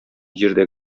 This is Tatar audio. җирдә